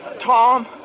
Tom